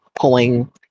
pulling